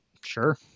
Sure